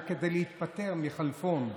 רק כדי להיפטר מכלפון.